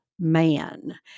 man